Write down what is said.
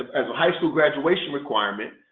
as a high school graduation requirement,